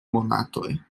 monatoj